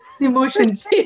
Emotions